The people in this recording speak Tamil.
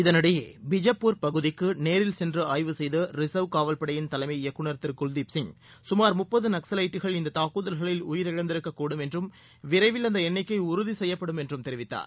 இதனிடையே பிஜப்பூர் பகுதிக்கு நேரில் சென்று ஆய்வு செய்த ரிசர்வ் காவல் படையின் தலைமை இயக்குநர் திரு குல்தீப் சிங் கமார் முப்பது நக்ஸவைட்டுகள் இந்த தாக்குதல்களில் உயிரிழந்திருக்கக்கூடும் என்றும் விரைவில் அந்த எண்ணிக்கை உறுதி செய்யப்படும் என்றும் தெரிவித்தார்